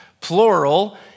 plural